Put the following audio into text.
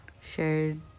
shared